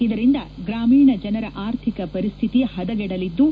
ಇದರಿಂದ ಗ್ರಾಮೀಣ ಜನರ ಆರ್ಥಿಕ ಪರಿಸ್ಥಿತಿ ಪದಗೆಡಲಿದ್ದು